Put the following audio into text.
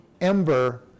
ember